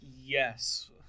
Yes